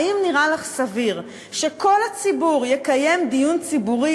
האם נראה לך סביר שכל הציבור יקיים דיון ציבורי